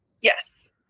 Yes